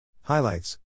Highlights